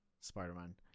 spider-man